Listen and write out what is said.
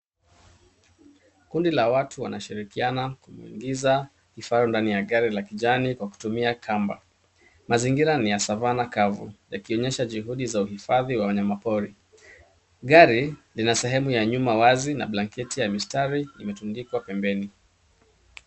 Kundi la watu wanashirikiana kuingiza kifaru ndani ya gari la kijani kwa kutumia kamba. Mazingira ni ya savannah kavu yakionyesha juhudi za uhifadhi wa wanyama pori. Gari lina sehemu ya nyuma wazi na blanketi ya mistari imetundikwa pembeni.